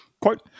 Quote